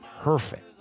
perfect